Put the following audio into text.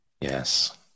Yes